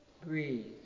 Breathe